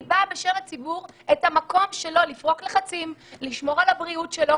אני באה בשם הציבור שרוצה מקום לפרוק לחצים ולשמור על הבריאות שלו,